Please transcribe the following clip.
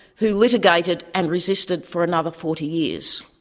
who litigated and resisted for another forty years.